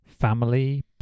family